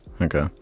Okay